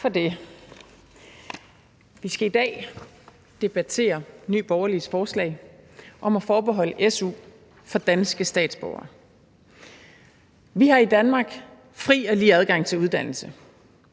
Vi skal i dag debattere Nye Borgerliges forslag om at forbeholde su danske statsborgere. Vi har i Danmark fri og lige adgang til uddannelse,